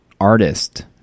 artist